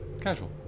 Casual